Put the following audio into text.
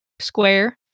square